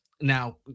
Now